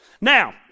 Now